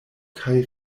kaj